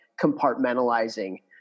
compartmentalizing